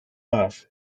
off